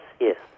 yes